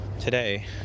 Today